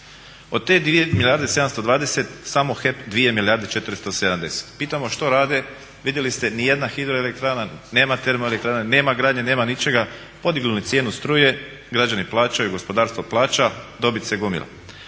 i 720 milijuna kuna samo HEP 2 milijarde i 470. Pitamo što rade? Vidjeli ste nijedna hidroelektrana, nema termoelektrane, nema gradnje, nema ničega, podigli smo cijenu struje i građani plaćaju, gospodarstvo plaća dobit se gomila.